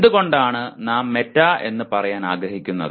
എന്തുകൊണ്ടാണ് നാം മെറ്റാ എന്ന് പറയാൻ ആഗ്രഹിക്കുന്നത്